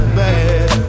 bad